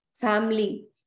family